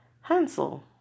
Hansel